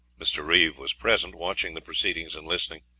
mr. reeve was present, watching the proceedings and listening.